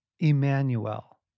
Emmanuel